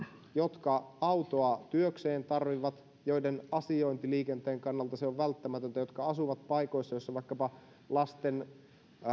jotka autoa työkseen tarvitsevat joiden asiointiliikenteen kannalta se on välttämätöntä jotka asuvat paikoissa joissa vaikkapa lasten